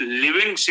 living